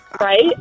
Right